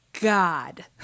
God